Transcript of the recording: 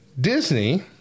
Disney